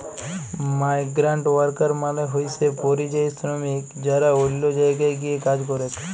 migrant worker মালে হইসে পরিযায়ী শ্রমিক যারা অল্য জায়গায় গিয়ে কাজ করেক